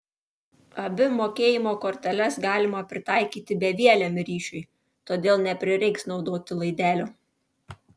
abi mokėjimo korteles galima pritaikyti bevieliam ryšiui todėl neprireiks naudoti laidelio